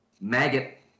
Maggot